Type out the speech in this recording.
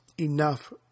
enough